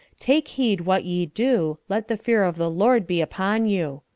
take heed what ye do let the fear of the lord be upon you.